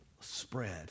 spread